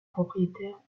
propriétaire